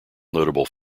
notable